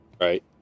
Right